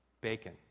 bacon